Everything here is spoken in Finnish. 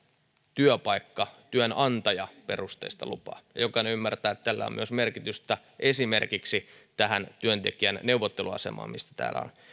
työpaikka työnantajaperusteista lupaa jokainen ymmärtää että tällä on myös merkitystä esimerkiksi työntekijän neuvotteluasemalle mistä täällä on